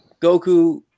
Goku